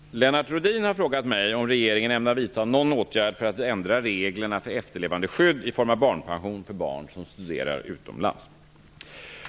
Fru talman! Lennart Rohdin har frågat mig om regeringen ämnar vidta någon åtgärd för att ändra reglerna för efterlevandeskydd i form av barnpension för barn som studerar utomlands.